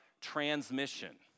transmission